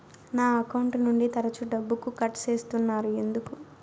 నా అకౌంట్ నుండి తరచు డబ్బుకు కట్ సేస్తున్నారు ఎందుకు